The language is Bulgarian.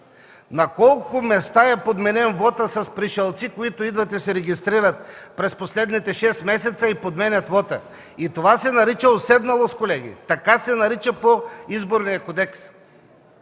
на колко места е подменен вотът с пришълци, които идват и се регистрират през последните шест месеца и подменят вода! И това се нарича уседналост, колеги! Така се нарича по Изборния кодекс!